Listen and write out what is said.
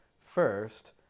First